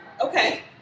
Okay